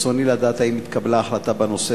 ברצוני לדעת אם התקבלה החלטה בנושא